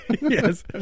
Yes